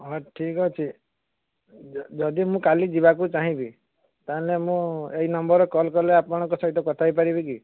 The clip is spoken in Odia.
ହଁ ଠିକ୍ଅଛି ଯଦି ମୁଁ କାଲି ଯିବାକୁ ଚାହିଁବି ତାହେଲେ ମୁଁ ଏଇ ନମ୍ବରରେ କଲ୍ କଲେ ଆପଣଙ୍କ ସହିତ କଥାହେଇପାରିବି କି